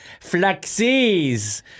Flaxies